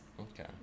Okay